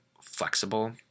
flexible